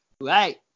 Right